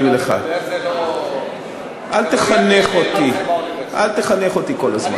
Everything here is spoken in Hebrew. אל תחנך אותי כל הזמן.